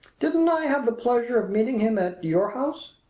didn't i have the pleasure of meeting him at your house?